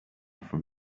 from